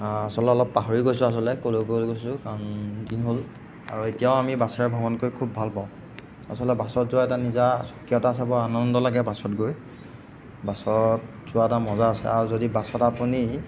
আচলতে অলপ পাহৰি গৈছোঁ আচলতে ক'লৈ ক'লৈ গৈছোঁ কাৰণ দিন হ'ল আৰু এতিয়াও আমি বাছেৰে ভ্ৰমণ কৰি খুব ভাল পাওঁ আচলতে বাছত যোৱা এটা নিজা আনন্দ লাগে বাছত গৈ বাছত যোৱা এটা মজা আছে আৰু যদি বাছত আপুনি